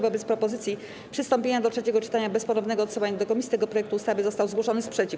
Wobec propozycji przystąpienia do trzeciego czytania bez ponownego odsyłania do komisji tego projektu ustawy został zgłoszony sprzeciw.